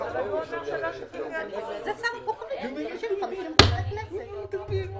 בשעה 17:36.